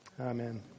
Amen